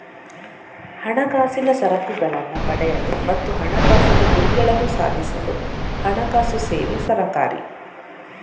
ಹಣಕಾಸಿನ ಸರಕುಗಳನ್ನ ಪಡೆಯಲು ಮತ್ತು ಹಣಕಾಸಿನ ಗುರಿಗಳನ್ನ ಸಾಧಿಸಲು ಹಣಕಾಸು ಸೇವೆ ಸಹಕಾರಿ